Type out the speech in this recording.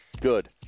Good